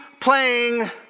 playing